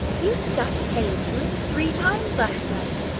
you stuffed hay into it three times last night.